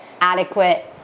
adequate